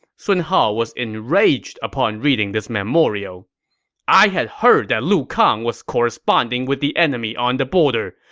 sun hao was enraged upon reading this memorial i had heard that lu kang was corresponding with the enemy on the border.